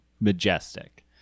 majestic